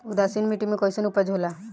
उदासीन मिट्टी में कईसन उपज होला?